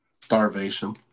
Starvation